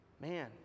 Man